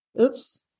oops